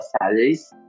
salaries